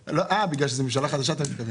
בגלל שזה ממשלה חדשה אתה מתכוון?